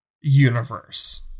universe